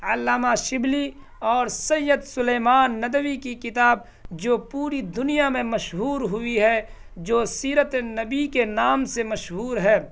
علامہ شبلی اور سید سلیمان ندوی کی کتاب جو پوری دنیا میں مشہور ہوئی ہے جو سیرت نبی کے نام سے مشہور ہے